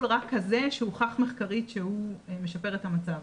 רק כזה שהוכח מחקרית שהוא משפר את המצב,